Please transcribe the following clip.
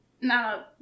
No